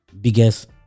biggest